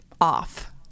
off